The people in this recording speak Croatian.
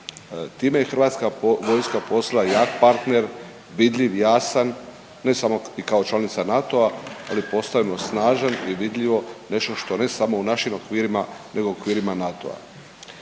Time je Hrvatska vojska postala jak partner, vidljiv, jasan ne samo kao članica NATO-a, ali postajemo snažan i vidljivo nešto što je ne samo u našim okvirima, nego u okvirima NATO-a.